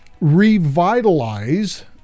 Revitalize